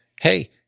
Hey